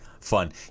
fun